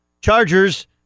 Chargers